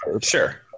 Sure